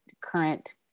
current